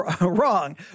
wrong